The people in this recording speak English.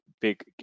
big